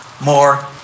more